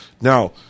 Now